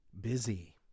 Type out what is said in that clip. busy